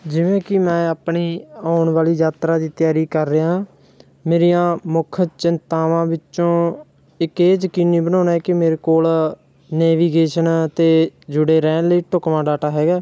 ਜਿਵੇਂ ਕਿ ਮੈਂ ਆਪਣੀ ਆਉਣ ਵਾਲੀ ਯਾਤਰਾ ਦੀ ਤਿਆਰੀ ਕਰ ਰਿਹਾ ਮੇਰੀਆਂ ਮੁੱਖ ਚਿੰਤਾਵਾਂ ਵਿੱਚੋਂ ਇੱਕ ਇਹ ਯਕੀਨੀ ਬਣਾਉਣਾ ਹੈ ਕਿ ਮੇਰੇ ਕੋਲ ਨੈਵੀਗੇਸ਼ਨ 'ਤੇ ਜੁੜੇ ਰਹਿਣ ਲਈ ਢੁਕਵਾਂ ਡਾਟਾ ਹੈਗਾ